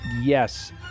yes